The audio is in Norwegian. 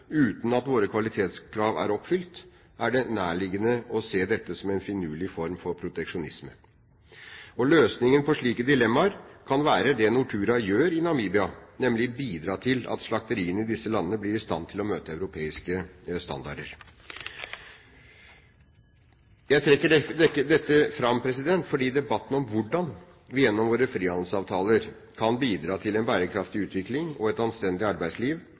uten at våre kvalitetskrav er oppfylt, er det nærliggende å se dette som en finurlig form for proteksjonisme. Løsningen på slike dilemmaer kan være det Nortura gjør i Namibia, nemlig å bidra til at slakteriene i disse landene blir i stand til å møte europeiske standarder. Jeg trekker dette fram fordi debatten om hvordan vi gjennom våre frihandelsavtaler kan bidra til en bærekraftig utvikling og et anstendig arbeidsliv,